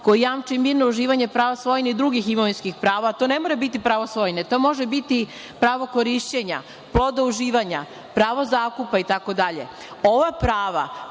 koji jamči mirno uživanje prava svojine i drugih imovinskih prava, ali to ne mora biti pravo svojine, to može biti pravo korišćenja, pa onda uživanja, pravo zakupa itd. Ova